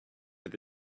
with